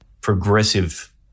progressive